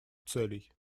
целей